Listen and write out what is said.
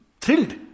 thrilled